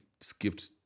skipped